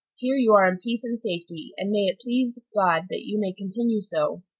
here you are in peace and safety and may it please god that you may continue so!